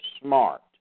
smart